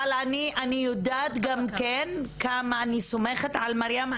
אבל אני יודעת גם כן כמה אני סומכת על מרים.